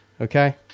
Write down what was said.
Okay